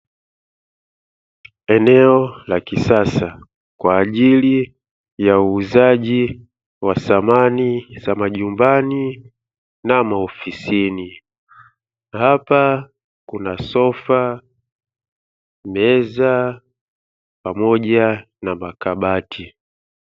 Eneo la kisasa kwa ajili ya uuzaji wa samani za majumbani na maofisini. Hapa kuna sofa, meza, pamoja na makabati.